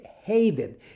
hated